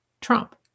Trump